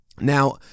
Now